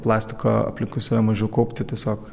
plastiko aplinkui save mažiau kaupti tiesiog